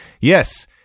Yes